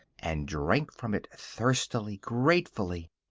and drank from it, thirstily, gratefully.